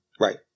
Right